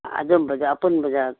ꯑꯗꯨꯝꯕꯗ ꯑꯄꯨꯟꯕꯗ